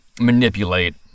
manipulate